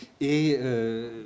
et